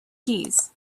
keys